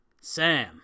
sam